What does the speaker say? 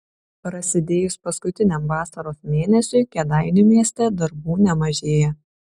prasidėjus paskutiniam vasaros mėnesiui kėdainių mieste darbų nemažėja